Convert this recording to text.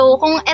kung